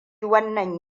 wannan